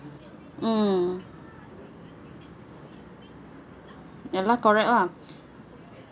mm ya lah correct lah